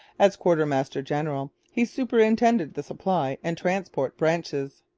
as quartermaster-general he superintended the supply and transport branches.